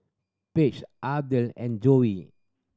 Page Ardell and Joey